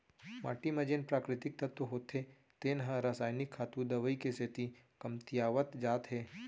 माटी म जेन प्राकृतिक तत्व होथे तेन ह रसायनिक खातू, दवई के सेती कमतियावत जात हे